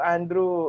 Andrew